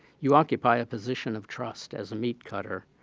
you occupy a position of trust as a meat cutter.